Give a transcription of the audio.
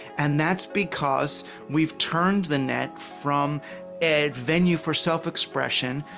and that's because we've turned the net from a venue for self-expression,